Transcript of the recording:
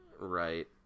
Right